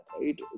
right